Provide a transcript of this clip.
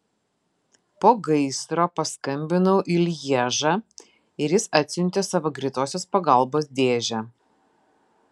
po gaisro paskambinau į lježą ir jis atsiuntė savo greitosios pagalbos dėžę